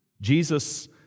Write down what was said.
Jesus